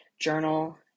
journal